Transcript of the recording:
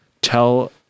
tell